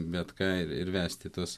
bet ką ir vesti tuos